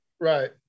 Right